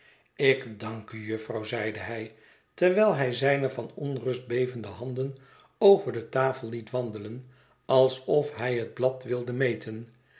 ik dank u jufvrouw zeide hij terwijl hij zijne van onrust bevende handen over de tafel liet wandelen alsof hij het blad wilde meten